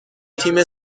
تیم